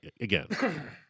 Again